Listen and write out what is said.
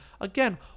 again